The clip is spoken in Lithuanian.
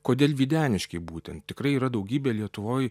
kodėl videniškiai būtent tikrai yra daugybė lietuvoj